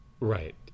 Right